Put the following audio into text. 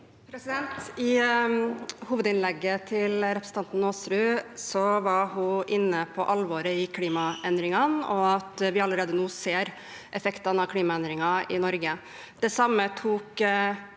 I hovedinnlegget sitt var representanten Aasrud inne på alvoret i klimaendringene og at vi allerede nå ser effektene av klimaendringer i Norge. Det samme tok